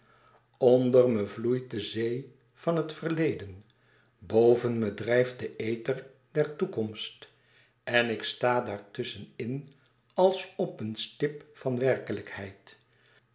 onder me vloeit de zee van het verleden boven me drijft de ether der toekomst en ik sta daar tusschen in als op een stip van werkelijkheid